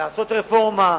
לעשות רפורמה,